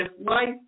life